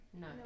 no